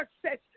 success